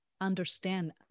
understand